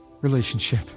relationship